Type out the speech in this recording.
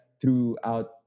throughout